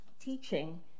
teaching